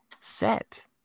set